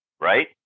right